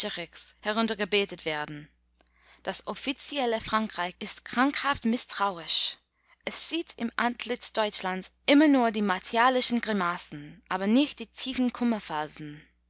escherichs heruntergebetet werden das offizielle frankreich ist krankhaft mißtrauisch es sieht im antlitz deutschlands immer nur die martialischen grimassen aber nicht die tiefen